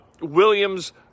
Williams